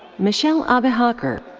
michel abichaker.